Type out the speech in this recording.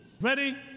Ready